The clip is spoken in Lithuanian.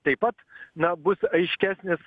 taip pat ns bus aiškesnis